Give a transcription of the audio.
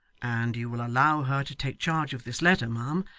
and you will allow her to take charge of this letter, ma'am,